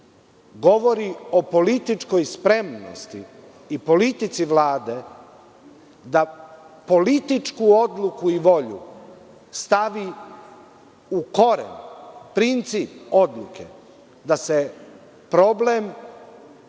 govori o političkoj spremnosti i politici Vlade da političku odluku i volju stavi u koren princip odluke da se problem nelegalne